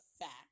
fact